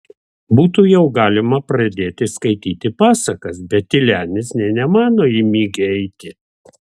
būtų jau galima pradėti skaityti pasakas bet tylenis nė nemano į migį eiti